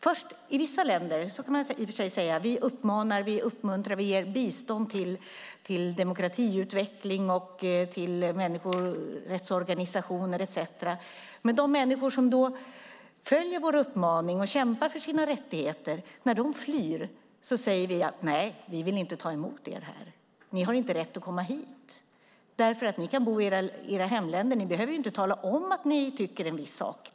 Man kan i och för sig säga att vi när det gäller vissa länder uppmanar, uppmuntrar och ger bistånd till demokratiutveckling och till människorättsorganisationer etcetera. Men när de människor som då följer vår uppmaning och kämpar för sina rättigheter flyr säger vi: Nej, vi vill inte ta emot er här. Ni har inte rätt att komma hit därför att ni kan bo i era hemländer. Ni behöver till exempel inte tala om att ni tycker en viss sak.